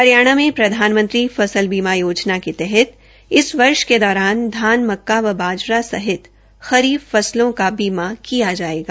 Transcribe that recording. हरियाणा में प्रधानमंत्री फसल बीमा योजना के तहत इस वर्ष के दौरान धान मक्का व बाजरा सहित खरीफ फसलों का बीमा किया जायेगा